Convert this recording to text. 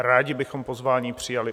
Rádi bychom pozvání přijali.